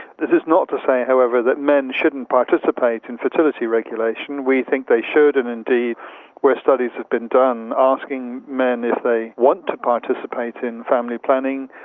this is not to say, however, that men shouldn't participate in fertility regulation. we think they should, and indeed where studies have been done asking men if they want to participate in family planning,